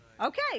Okay